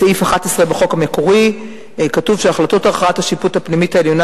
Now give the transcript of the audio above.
בסעיף 11 בחוק המקורי כתוב ש"החלטות הכרעת השיפוט הפנימית העליונה